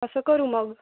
असं करू मग